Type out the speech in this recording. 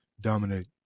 dominate